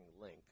link